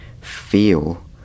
feel